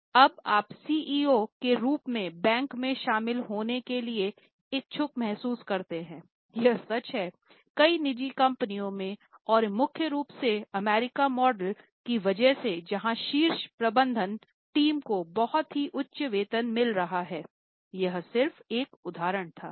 तो अब आप सीईओ के रूप में बैंक में शामिल होने के लिए इच्छुक महसूस करते हैं यह सच हैं कई निजी कंपनियों में और मुख्य रूप से अमेरिका मॉडल की वजह से जहां शीर्ष प्रबंधन टीम को बहुत ही उच्च वेतन मिल रहा है यह सिर्फ एक उदाहरण था